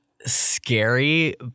scary